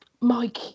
Mike